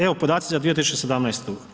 Evo podaci za 2017.